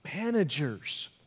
managers